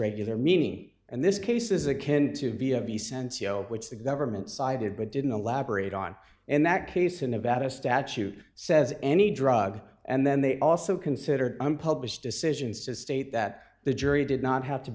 regular meaning and this case is akin to be of the sense yo which the government cited but didn't elaborate on in that case in nevada statute says any drug and then they also considered unpublished decisions to state that the jury did not have to